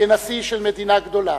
כנשיא של מדינה גדולה,